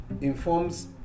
informs